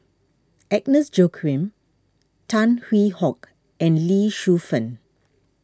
Agnes Joaquim Tan Hwee Hock and Lee Shu Fen